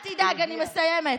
לא,